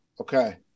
okay